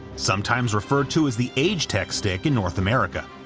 sometimes referred to as the agetec stick in north america.